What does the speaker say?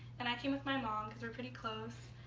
and i came with my mom, because we're pretty close.